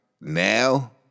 now